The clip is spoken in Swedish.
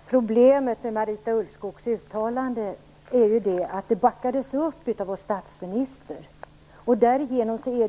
Herr talman! Problemet med Marita Ulvskogs uttalande är ju att det backades upp av vår statsminister. Därigenom delar